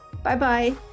Bye-bye